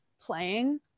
playing